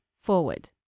forward